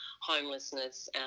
homelessness